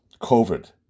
COVID